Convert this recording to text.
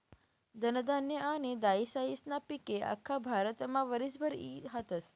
धनधान्य आनी दायीसायीस्ना पिके आख्खा भारतमा वरीसभर ई हातस